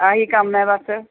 ਆਹੀ ਕੰਮ ਹੈ ਬਸ